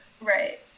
Right